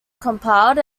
compiled